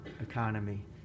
economy